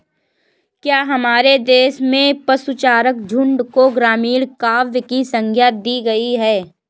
क्या हमारे देश में पशुचारक झुंड को ग्रामीण काव्य की संज्ञा दी गई है?